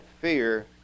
fear